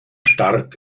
start